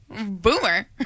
Boomer